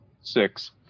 six